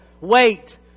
wait